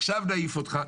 עכשיו נעיף אותך,